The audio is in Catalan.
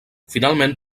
finalment